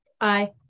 Aye